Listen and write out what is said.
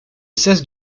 cesse